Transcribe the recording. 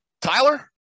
Tyler